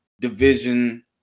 division